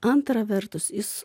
antra vertus jis